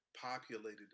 populated